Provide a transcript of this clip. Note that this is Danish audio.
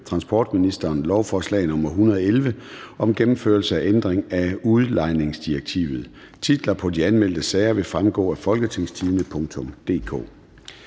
ændring af lov om godskørsel. (Gennemførelse af ændring af udlejningsdirektivet)). Titlerne på de anmeldte sager vil fremgå af www.folketingstidende.dk